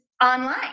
online